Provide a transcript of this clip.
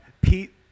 Pete